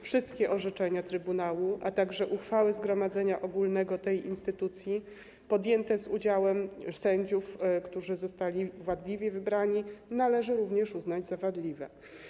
Wszystkie orzeczenia trybunału, a także uchwały zgromadzenia ogólnego tej instytucji, podjęte z udziałem sędziów, którzy zostali wadliwie wybrani, należy również uznać za wadliwe.